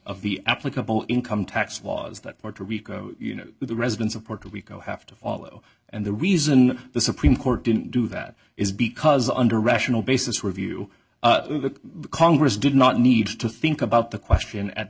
of the applicable income tax laws that puerto rico you know the residents of puerto rico have to follow and the reason the supreme court didn't do that is because under rational basis review the congress did not need to think about the question at